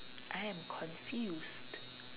I am confused